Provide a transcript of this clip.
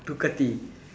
Ducati